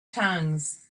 tongues